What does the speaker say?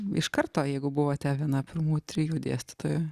iš karto jeigu buvote viena pirmų trijų dėstytojų